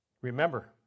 Remember